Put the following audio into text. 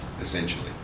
essentially